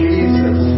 Jesus